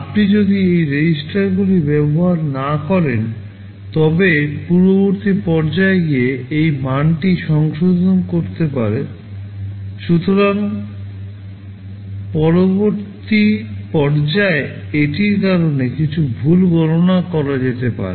আপনি যদি এই রেজিস্টারগুলি ব্যবহার না করেন তবে পূর্ববর্তী পর্যায়ে গিয়ে এই মানটি সংশোধন করতে পারেন সুতরাং পরবর্তী পর্যায়ে এটির কারণে কিছু ভুল গণনা হয়ে যেতে পারে